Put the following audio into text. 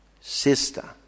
sister